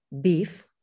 beef